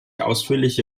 ausführliche